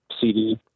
CD